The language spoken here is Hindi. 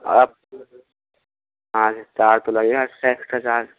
आप हाँ सर चार्ज तो लगेगा एक्स्ट्रा एक्स्ट्रा चार्ज